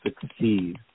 succeed